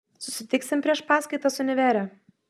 susitiksim prieš paskaitas univere